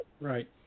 Right